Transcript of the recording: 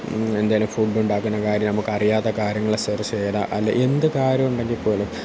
എന്തെങ്കിലും ഫുഡുണ്ടാക്കുന്ന കാര്യം നമുക്കറിയാത്ത കാര്യങ്ങൾ സെർച്ച് ചെയ്താൽ അല്ലെങ്കിൽ എന്ത് കാര്യമുണ്ടെങ്കിപ്പോലും